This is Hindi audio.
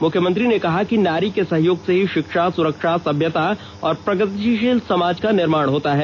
मुख्यमंत्री ने कहा कि नारी के सहयोग से ही शिक्षा सुरक्षा सभ्यता और प्रगतिशील समाज का निर्माण होता है